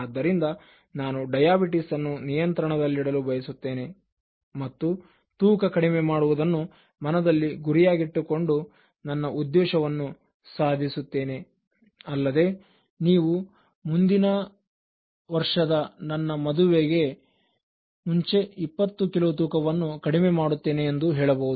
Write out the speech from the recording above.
ಆದ್ದರಿಂದ ನಾನು ಡಯಾಬಿಟಿಸ್ ಅನ್ನು ನಿಯಂತ್ರಣದಲ್ಲಿಡಲು ಬಯಸುತ್ತೇನೆ ಮತ್ತು ತೂಕ ಕಡಿಮೆ ಮಾಡುವುದನ್ನು ಮನದಲ್ಲಿ ಗುರಿಯಾಗಿಟ್ಟುಕೊಂಡು ನನ್ನ ಉದ್ದೇಶವನ್ನು ಸಾಧಿಸುತ್ತೇನೆ ಅಲ್ಲದೆ ನೀವು ಮುಂದಿನ ವರ್ಷದ ನನ್ನ ಮದುವೆಗೆ ಮುಂಚೆ 20 ಕಿಲೋ ತೂಕವನ್ನು ಕಡಿಮೆ ಮಾಡುತ್ತೇನೆ ಎಂದು ಹೇಳಬಹುದು